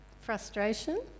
Frustration